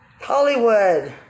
Hollywood